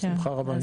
נשלח לכם בשמחה רבה.